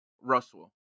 Russell